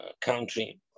country